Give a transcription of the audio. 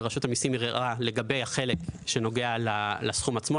ורשות המסים ערערה לגבי החלק שנוגע לסכום עצמו,